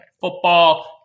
Football